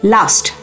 Last